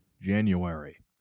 January